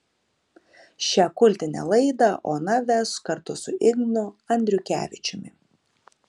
šią kultinę laidą ona ves kartu su ignu andriukevičiumi